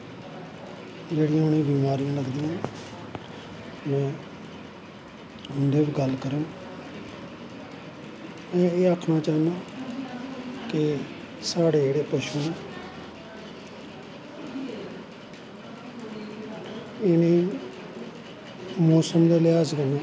जेह्ड़ियां उनेंगी बमारियां लगदियां न में उंदे पर गल्ल करंग में एह् आखनां चाह्नां कि साढ़े जेह्ड़े पशु न इनेंगी मौसम दे लिहाज़ कन्नैं